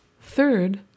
Third